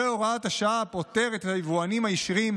והוראת השעה הפוטרת את היבואנים הישירים